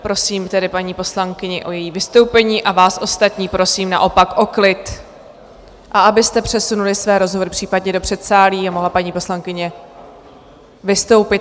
Prosím tedy paní poslankyni o její vystoupení a vás ostatní prosím naopak o klid, abyste přesunuli své rozhovory případně do předsálí a mohla paní poslankyně vystoupit.